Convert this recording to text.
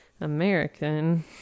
American